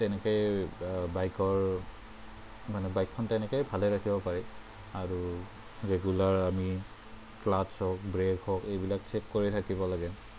তেনেকৈ বাইকৰ মানে বাইকখন তেনেকৈ ভালে ৰাখিব পাৰে আৰু ৰেগুলাৰ আমি ক্লাটচ হওক ব্ৰেক হওক এইবিলাক চেক কৰি থাকিব লাগে